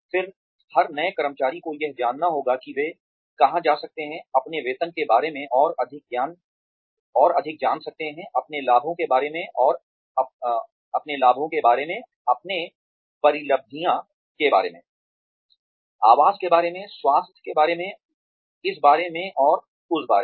फिर हर नए कर्मचारी को यह जानना होगा कि वे कहां जा सकते हैं अपने वेतन के बारे में और अधिक जान सकते हैं अपने लाभों के बारे में अपने परिलब्धियां के बारे में आवास के बारे में स्वास्थ्य के बारे में इस बारे में और उस बारे में